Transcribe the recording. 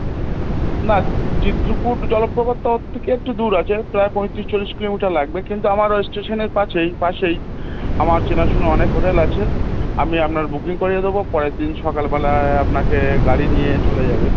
না চিত্রকূট জলপ্রপাতটা ওর থেকে একটু দূর আছে প্রায় পঁয়ত্রিশ চল্লিশ কিলোমিটার লাগবে কিন্তু আমার ঐ স্টেশনের পাশেই পাশেই আমার চেনাশোনা অনেক হোটেল আছে আমি আপনার বুকিং করিয়ে দেব পরের দিন সকাল বেলায় আপনাকে গাড়ি নিয়ে চলে যাবে